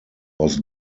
was